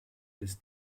des